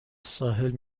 ساحل